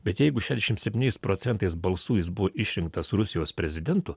bet jeigu šedešim septyniais procentais balsų jis buvo išrinktas rusijos prezidentu